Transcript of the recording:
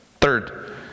Third